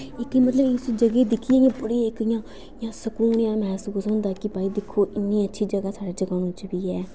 इक मतलब इस जगह गी दिक्खियै बड़े इक इ'यां सकून जेहा मसूस होंदा कि भाई दिक्खो इन्नियां अच्छियां जगहां साढ़ी जगानू च बी हैन